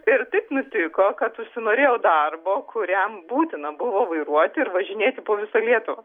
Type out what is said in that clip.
ir taip nutiko kad užsinorėjau darbo kuriam būtina buvo vairuoti ir važinėti po visą lietuvą